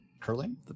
Curling